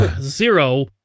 zero